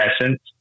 essence